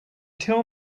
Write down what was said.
tell